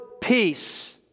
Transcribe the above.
peace